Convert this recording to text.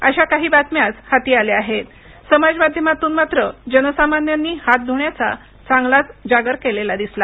अशा काही बातम्याच हाती आल्या आहेत समाज माध्यमातून मात्र जनसामान्यांनी हात धुण्याचा चांगलाच जागर केलेला दिसला